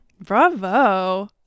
Bravo